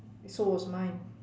so was mine